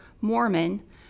Mormon